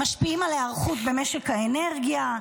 משפיעים על ההיערכות במשק האנרגיה,